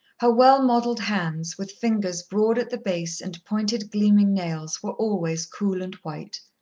her well-modelled hands, with fingers broad at the base, and pointed, gleaming nails were always cool and white.